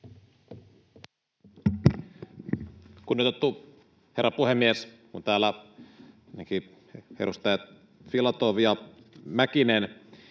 Kunnioitettu herra puhemies! Kun täällä ainakin edustajat Filatov ja Mäkinen